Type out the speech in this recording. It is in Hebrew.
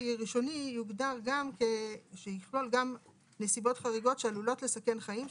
הראשוני שיכלול גם נסיבות חריגות שעלולות לסכן חיים,